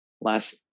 Last